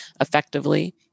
effectively